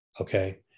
Okay